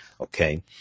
Okay